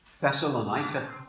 Thessalonica